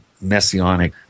messianic